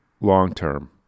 long-term